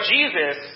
Jesus